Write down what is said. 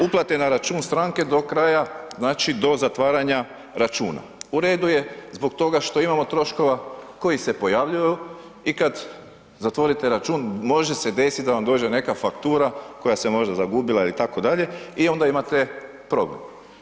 Uplate na račun stranke do kraja, znači do zatvaranja računa, u redu je zbog toga što imamo troškova koji se pojavljuju i kad zatvorite račun može se desiti da vam dođe neka faktura koja se možda zagubila ili itd. i onda imate problem.